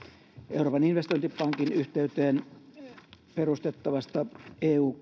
euroopan investointipankin yhteyteen perustettavasta eu